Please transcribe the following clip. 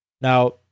now